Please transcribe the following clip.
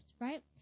right